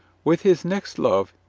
with his next love,